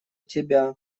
тебя